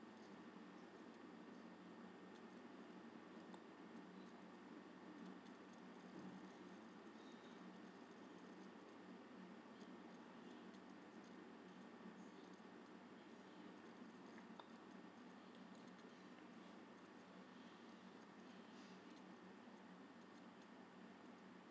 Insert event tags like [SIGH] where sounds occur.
[NOISE]